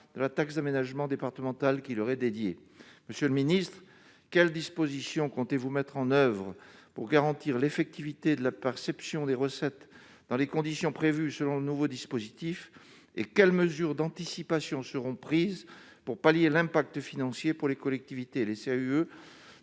de la taxe d'aménagement départemental qui leur est dédié, monsieur le ministre, quelles dispositions comptez-vous mettre en oeuvre pour garantir l'effectivité de la perception des recettes dans les conditions prévues selon le nouveau dispositif et quelles mesures d'anticipation, seront prises pour pallier l'impact financier pour les collectivités, les CAUE